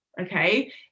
okay